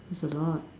it's a lot